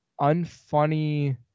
unfunny